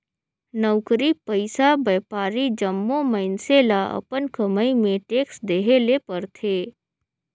नउकरी पइसा, बयपारी जम्मो मइनसे ल अपन कमई में टेक्स देहे ले परथे